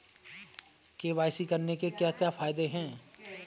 KYC करने के क्या क्या फायदे हैं?